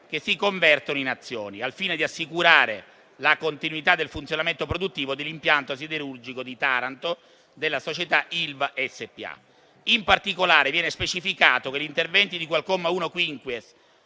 che si convertono in azioni, al fine di assicurare la continuità del funzionamento produttivo dell'impianto siderurgico di Taranto della società Ilva SpA. In particolare, viene specificato che gli interventi di cui al comma 1-*quinquies*